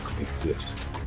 exist